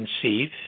conceive